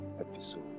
episode